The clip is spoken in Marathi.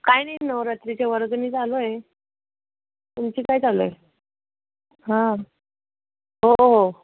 काय नाही नवरात्रीच्या वर्गणी चालू आहे तुमचे काय चालू आहे हा हो हो